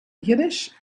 yiddish